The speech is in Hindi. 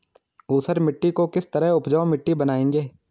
ऊसर मिट्टी को किस तरह उपजाऊ मिट्टी बनाएंगे?